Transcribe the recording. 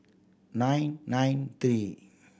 nine nine three